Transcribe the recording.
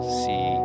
see